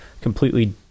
completely